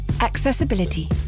Accessibility